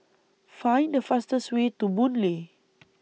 Find The fastest Way to Boon Lay